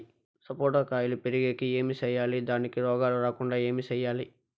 సపోట కాయలు పెరిగేకి ఏమి సేయాలి దానికి రోగాలు రాకుండా ఏమి సేయాలి?